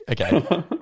Okay